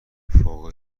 فوق